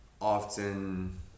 often